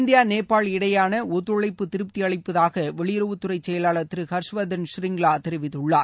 India Nepal இடையேயான ஒத்துழைப்பு திருப்தியளிப்பதாக வெளியுறவுத்துறை செயலாளர் திரு ஹர்ஷ்வர்தன் ஷ்ரிங்லா தெரிவித்துள்ளார்